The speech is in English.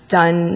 done